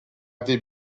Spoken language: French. des